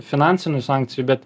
finansinių sankcijų bet